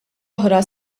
oħra